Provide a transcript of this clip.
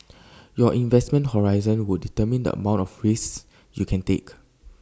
your investment horizon would determine the amount of risks you can take